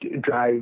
drive